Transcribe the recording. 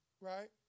right